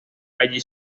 allí